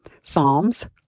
Psalms